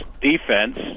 defense